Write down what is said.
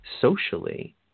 socially